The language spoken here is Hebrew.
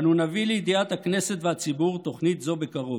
אנו נביא לידיעת הכנסת והציבור תוכנית זו בקרוב.